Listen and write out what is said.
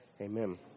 Amen